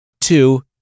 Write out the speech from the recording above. Two